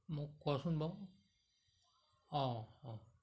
মোক কচোন বাৰু অঁ অঁ